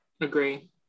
Agree